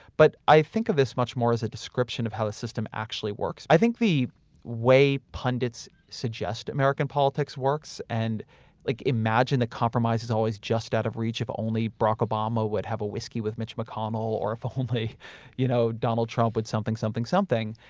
but i think of this much more as a description of how the system actually works. i think the way pundits suggest american politics works and like imagine the compromise is always just out of reach, if only barack obama would have a whiskey with mitch mcconnell. or if ah only you know, donald trump would something, something, something,